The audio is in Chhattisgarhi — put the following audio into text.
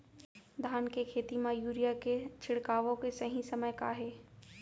धान के खेती मा यूरिया के छिड़काओ के सही समय का हे?